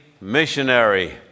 missionary